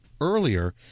earlier